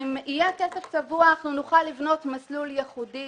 אם יהיה כסף צבוע, אנחנו נוכל לבנות מסלול ייחודי